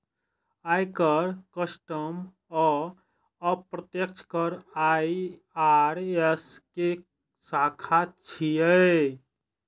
आयकर, कस्टम आ अप्रत्यक्ष कर आई.आर.एस के शाखा छियै